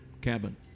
cabin